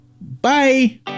bye